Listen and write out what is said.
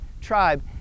tribe